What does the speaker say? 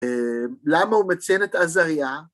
למה הוא מציין את עזריה?